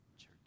Church